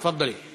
תפאדלי.